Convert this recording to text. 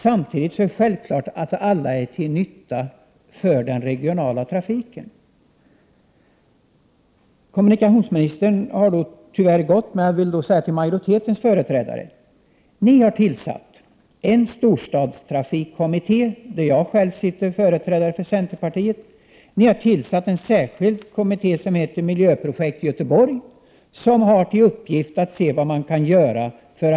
Samtidigt är det självklart att alla är till nytta för den regionala trafiken. Kommunikationsministern har tyvärr gått, men jag vill då vända mig till majoritetens företrädare. Ni har tillsatt en storstadstrafikkommitté där jag själv sitter som företrädare för centerpartiet, och en särskild kommitté som heter Miljöprojekt i Göteborg, som har till uppgift att se vad man kan göra Prot.